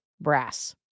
brass